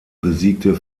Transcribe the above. besiegte